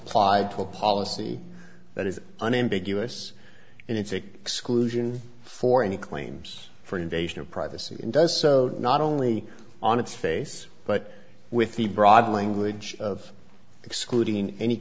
applied to a policy that is unambiguous and it take exclusion for any claims for invasion of privacy and does so not only on its face but with the broad language of excluding any